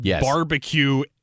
barbecue